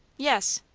yes.